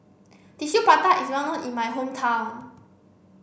Tissue Prata is well known in my hometown